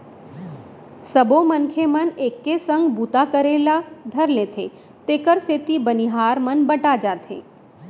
सबो मनखे मन एके संग बूता करे ल धर लेथें तेकर सेती बनिहार मन बँटा जाथें